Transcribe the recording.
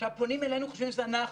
פונים אלינו, חושבים שזה אנחנו.